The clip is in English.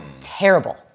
terrible